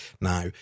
now